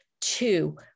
Two